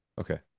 Okay